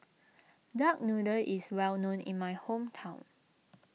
Duck Noodle is well known in my hometown